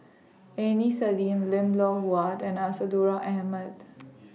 Aini Salim Lim Loh Huat and Isadhora Mohamed